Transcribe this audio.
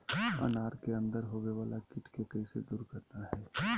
अनार के अंदर होवे वाला कीट के कैसे दूर करना है?